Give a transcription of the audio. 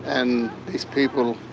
and these people